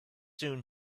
soon